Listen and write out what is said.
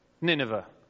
Nineveh